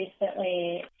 recently